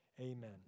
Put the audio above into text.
Amen